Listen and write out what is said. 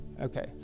Okay